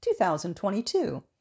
2022